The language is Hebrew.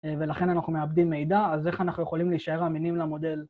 ולכן אנחנו מאבדים מידע, אז איך אנחנו יכולים להישאר אמינים למודל?